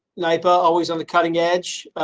knife always on the cutting edge.